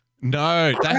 No